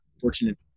fortunate